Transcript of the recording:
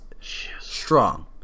strong